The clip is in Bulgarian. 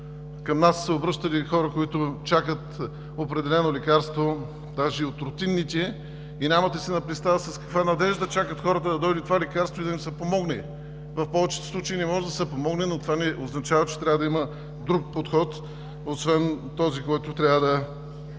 Към нас са се обръщали хора, които чакат определено лекарство, даже от рутинните и нямате представа с каква надежда чакат това лекарство и да им се помогне. В повечето случаи не може да им се помогне, но това не означава, че не трябва да има друг подход, освен този, който трябва да